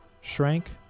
shrank